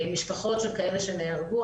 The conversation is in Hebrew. משפחות של כאלה שנהרגו,